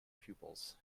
pupils